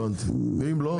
ואם לא?